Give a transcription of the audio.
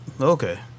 Okay